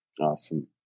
Awesome